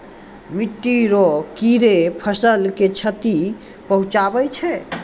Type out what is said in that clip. मिट्टी रो कीड़े फसल के क्षति पहुंचाबै छै